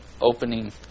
opening